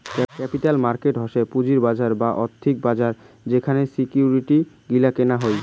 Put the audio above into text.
capital market হসে পুঁজির বাজার বা আর্থিক বাজার যেখানে সিকিউরিটি গিলা কেনা হই